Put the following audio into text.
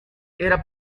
era